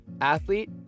athlete